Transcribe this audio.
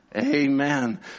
Amen